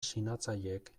sinatzaileek